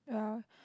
ya